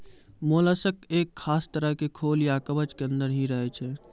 mollusc एक खास तरह के खोल या कवच के अंदर हीं रहै छै